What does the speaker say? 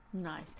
nice